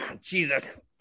Jesus